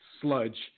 sludge